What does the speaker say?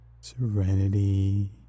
serenity